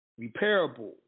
repairable